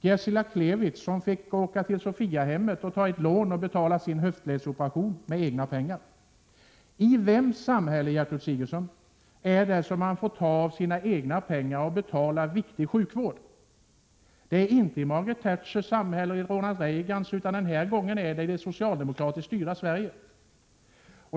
Gersila Klevitz fick åka till Sofiahemmet och tvingades ta ett lån för att med egna medel betala sin höftledsoperation. I vems samhälle, Gertrud Sigurdsen, får man ta av sina egna pengar och betala viktig sjukvård? Det är inte i Margaret Thatchers samhälle eller i Ronald Reagans. Den här gången är det i det socialdemokratiskt styrda Sverige.